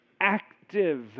active